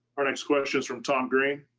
our next question is from tom green